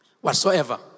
whatsoever